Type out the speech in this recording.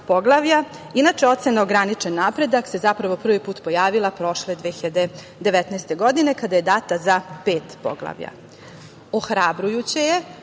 Inače, ocena ograničen napredak se zapravo prvi put pojavila prošle 2019. godine kada je data za pet